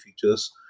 features